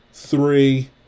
Three